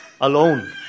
alone